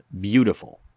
beautiful